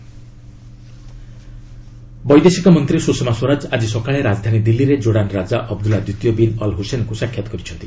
Jordan Sushma ବୈଦେଶିକ ମନ୍ତ୍ରୀ ସୁଷମା ସ୍ୱରାଜ ଆଜି ସକାଳେ ରାଜଧାନୀ ଦିଲ୍ଲୀରେ ଜୋର୍ଡାନ୍ ରାଜା ଅବଦୁଲ୍ଲା ଦ୍ୱିତୀୟ ବିନ୍ ଅଲ୍ ହୁସେନ୍ଙ୍କୁ ସାକ୍ଷାତ କରିଛନ୍ତି